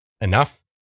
enough